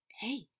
Hey